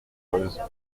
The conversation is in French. cause